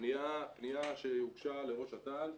פניה שהוגשה לראש אט"ל,